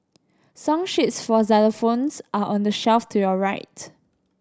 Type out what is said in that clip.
song sheets for xylophones are on the shelf to your right